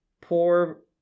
poor